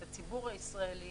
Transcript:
את הציבור הישראלי